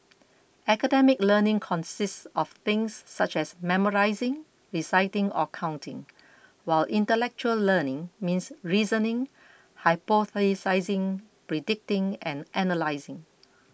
academic learning consists of things such as memorising reciting or counting while intellectual learning means reasoning hypothesising predicting and analysing